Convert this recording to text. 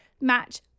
match